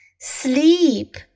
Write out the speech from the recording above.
Sleep